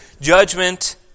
judgment